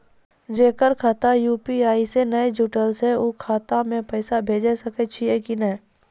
जेकर खाता यु.पी.आई से नैय जुटल छै उ खाता मे पैसा भेज सकै छियै कि नै?